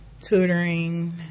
tutoring